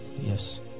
yes